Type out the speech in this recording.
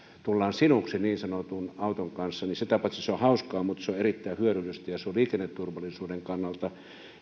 tullaan sinuiksi niin sanotusti auton kanssa sitä paitsi se on hauskaa mutta se on myös erittäin hyödyllistä ja se on liikenneturvallisuuden kannalta